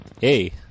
Hey